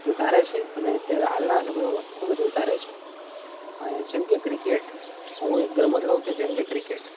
વધારે છે અને અત્યારે હાલના સમયમાં ખૂબ જ વધારે છે અને જેમકે ક્રિકેટ હું એક રમત લઉં કે જેમકે ક્રિકેટ